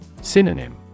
Synonym